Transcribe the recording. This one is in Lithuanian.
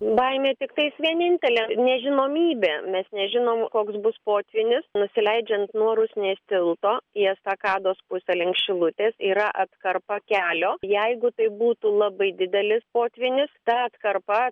baimė tiktais vienintelė nežinomybė mes nežinom koks bus potvynis nusileidžiant nuo rusnės tilto į estakados pusę link šilutės yra atkarpa kelio jeigu tai būtų labai didelis potvynis ta atkarpa